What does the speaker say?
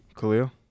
Khalil